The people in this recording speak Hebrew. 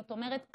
זאת אומרת,